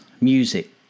music